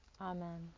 Amen